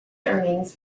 earnings